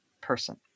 person